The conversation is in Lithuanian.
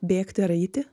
bėgti ar eiti